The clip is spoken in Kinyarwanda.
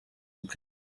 bwe